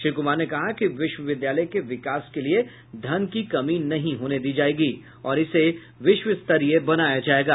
श्री कूमार ने कहा कि विश्वविद्यालय के विकास के लिए धन की कमी नहीं होने दी जायेगी और इसे विश्वस्तरीय बनाया जायेगा